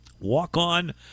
Walk-on